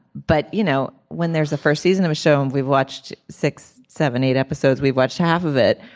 but you know when there's a first season of a show and we've watched six seven eight episodes we've watched half of it